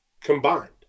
combined